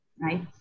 Right